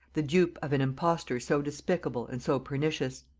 the dupe of an impostor so despicable and so pernicious.